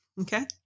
Okay